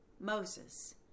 moses